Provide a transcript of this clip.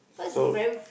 so